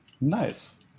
Nice